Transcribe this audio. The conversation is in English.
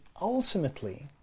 ultimately